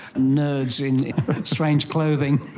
nerds in strange clothing,